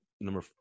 number